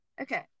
Okay